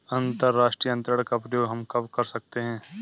अंतर्राष्ट्रीय अंतरण का प्रयोग हम कब कर सकते हैं?